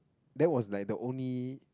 then was like the only